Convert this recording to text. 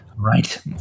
right